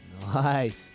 Nice